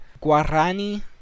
Guarani